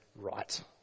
right